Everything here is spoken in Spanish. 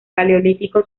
paleolítico